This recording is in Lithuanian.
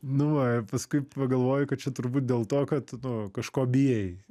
nu va i paskui pagalvoju kad čia turbūt dėl to kad nu kažko bijai